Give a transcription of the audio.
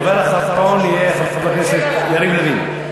הדובר האחרון יהיה חבר הכנסת יריב לוין.